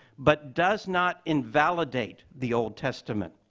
but does not invalidate the old testament.